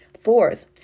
Fourth